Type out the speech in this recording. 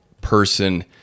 person